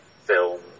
film